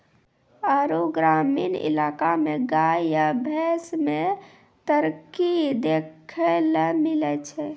आरु ग्रामीण इलाका मे गाय या भैंस मे तरक्की देखैलै मिलै छै